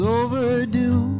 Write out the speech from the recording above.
overdue